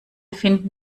finden